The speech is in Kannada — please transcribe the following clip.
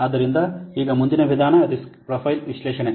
ಆದ್ದರಿಂದ ಈಗ ಮುಂದಿನ ವಿಧಾನ ರಿಸ್ಕ್ ಪ್ರೊಫೈಲ್ ವಿಶ್ಲೇಷಣೆ